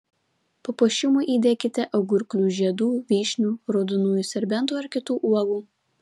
papuošimui įdėkite agurklių žiedų vyšnių raudonųjų serbentų ar kitų uogų